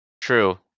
True